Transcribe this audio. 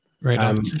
Right